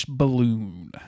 balloon